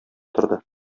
торды